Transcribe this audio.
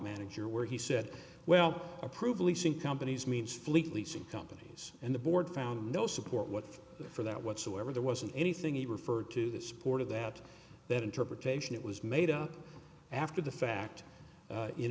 manager where he said well approve leasing companies means fleet leasing companies and the board found no support what for that whatsoever there wasn't anything he referred to the support of that that interpretation it was made up after the fact